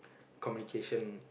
communication